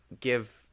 give